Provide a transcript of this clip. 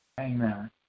Amen